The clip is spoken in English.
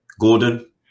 Gordon